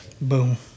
Boom